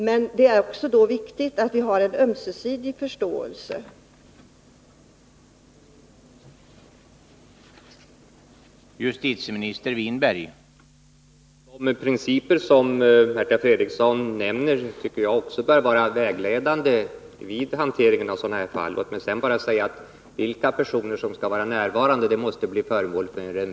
Men det är då viktigt att vi ömsesidigt förstår varandra.